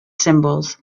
symbols